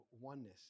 oneness